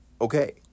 okay